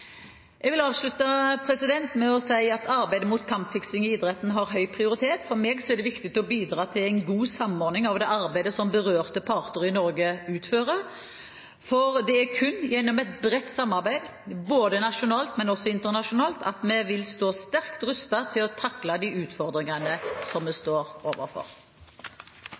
mot kampfiksing i idretten har høy prioritet. For meg er det viktig å bidra til en god samordning av det arbeidet som berørte parter i Norge utfører, for det er kun gjennom et bredt samarbeid, både nasjonalt og internasjonalt, at vi står sterkt rustet til å takle de utfordringene vi står overfor.